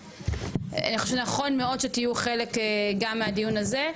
אני חושבת שנכון מאוד שתהיו חלק גם מהדיון הזה,